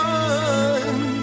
one